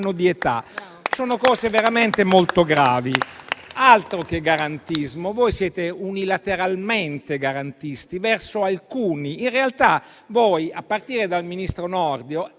di età. Sono cose veramente molto gravi. Altro che garantismo. Voi siete unilateralmente garantisti, solo verso alcuni. Ma in realtà, a partire dal ministro Nordio,